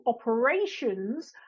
operations